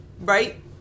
right